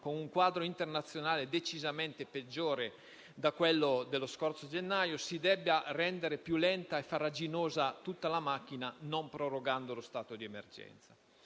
con un quadro internazionale decisamente peggiore di quello dello scorso gennaio, si debba rendere più lenta e farraginosa tutta la macchina, non prorogando lo stato di emergenza.